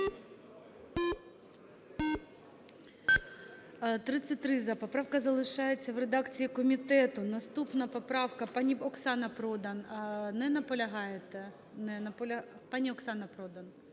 За-33 Поправка залишається в редакції комітету. Наступна поправка пані Оксана Продан. Не наполягаєте? Не наполягає…